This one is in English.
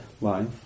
life